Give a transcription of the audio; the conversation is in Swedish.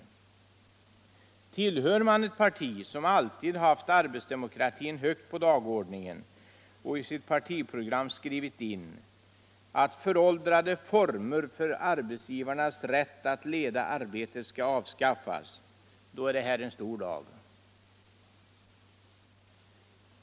Tillhör man ett parti som alltid haft arbetsdemokratin högt på dagordningen och i sitt partiprogram skrivit in att föråldrade former för arbetsgivarnas rätt att leda arbetet skall avskaffas, då är det här en stor dag.